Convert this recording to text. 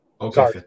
Okay